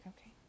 okay